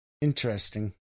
interesting